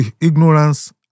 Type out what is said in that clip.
Ignorance